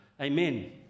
Amen